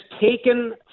taken